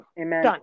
Amen